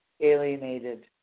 alienated